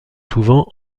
souvent